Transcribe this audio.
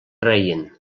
reien